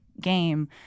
game